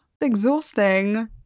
Exhausting